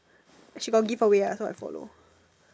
she got give away ah so I follow